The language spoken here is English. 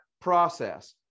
process